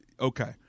Okay